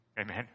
Amen